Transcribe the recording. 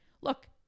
look